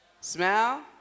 smell